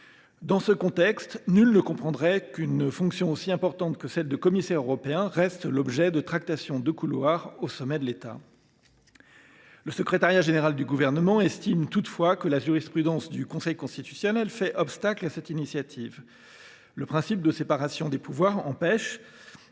Dans ce contexte, nul ne comprendrait qu’une fonction aussi importante que celle de commissaire européen reste l’objet de tractations de couloir au sommet de l’État. Le secrétariat général du Gouvernement (SGG) estime toutefois que la jurisprudence du Conseil constitutionnel fait obstacle à cette initiative. Le principe de la séparation des pouvoirs empêche